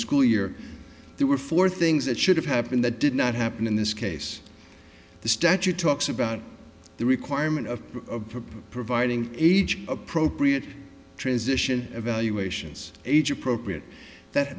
school year there were four things that should have happened that did not happen in this case the statute talks about the requirement of providing age appropriate transition evaluations age appropriate that